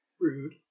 Rude